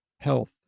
health